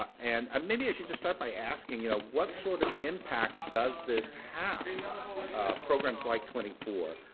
ah and um maybe i should just start by asking you know what sort of impact does this have programs like twenty four?